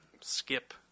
Skip